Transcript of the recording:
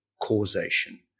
causation